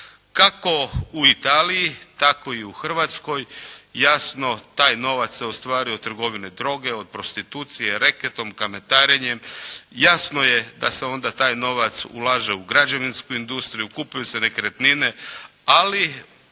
Kako u Italiji, tako i u Hrvatskoj, jasno taj novac se ostvaruje od trgovine droge, od prostitucije, reketom, kamatarenjem. Jasno je da se onda taj novac ulaže u građevinsku industriju, kupuju se nekretnine, ali